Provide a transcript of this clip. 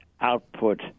output